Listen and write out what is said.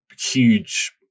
huge